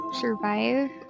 survive